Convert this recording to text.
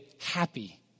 happy